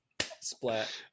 Splat